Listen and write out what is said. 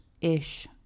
ish